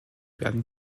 werden